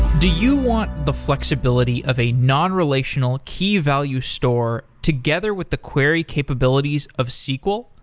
do you want the flexibility of a non-relational, key-value store, together with the query capabilities of sql?